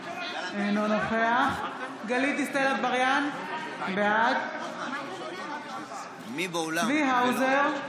אינו נוכח גלית דיסטל אטבריאן, בעד צבי האוזר,